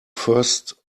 first